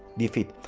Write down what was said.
defeat.